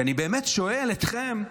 כי אני באמת שואל אתכם: